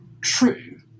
true